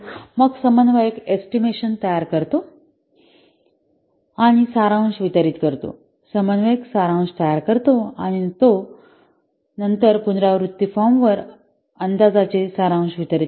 मग समन्वयक एस्टिमेशन तयार करतो आणि सारांश वितरित करतो समन्वयक सारांश तयार करतो आणि नंतर तो पुनरावृत्ती फॉर्मवर अंदाजाचे सारांश वितरीत करतो